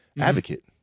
advocate